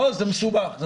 זה מסובך.